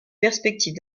perspective